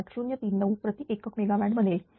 0098039 प्रति एकक मेगावॅट बनेल